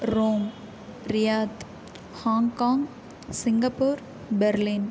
Rome Riyadh Hong Kong Singapore Berlin